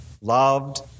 loved